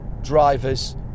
drivers